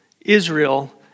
Israel